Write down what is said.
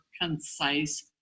concise